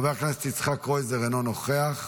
חבר הכנסת יצחק קרויזר, אינו נוכח,